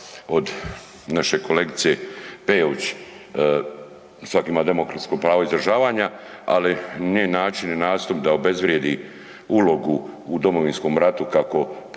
od naše kolegice Peović svatko ima demokratsko pravo izražavanja ali njen način i nastup da obezvrijedi ulogu u Domovinskom ratu kako prvog